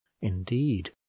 indeed